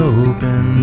open